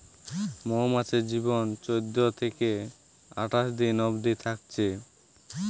মৌমাছির জীবন চোদ্দ থিকে আঠাশ দিন অবদি থাকছে